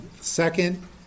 Second